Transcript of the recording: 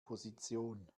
position